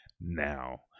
now